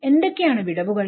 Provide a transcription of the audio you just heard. എന്തൊക്കെയാണ് വിടവുകൾ